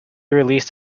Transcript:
released